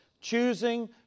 choosing